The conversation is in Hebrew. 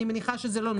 אני מניחה שזה לא נחשב.